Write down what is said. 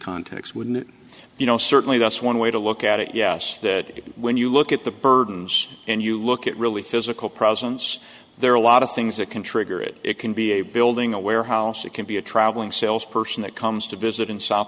context wouldn't you know certainly that's one way to look at it yes that when you look at the burdens and you look at really physical presence there are a lot of things that can trigger it it can be a building a warehouse it can be a travelling sales person that comes to visit in south